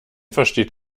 versteht